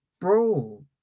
bro